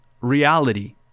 reality